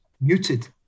muted